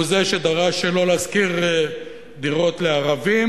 והוא זה שדרש שלא להשכיר דירות לערבים,